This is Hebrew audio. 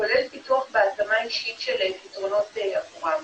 כולל פיתוח והתאמה אישית של פתרונות עבורם.